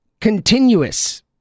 continuous